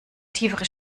tiefere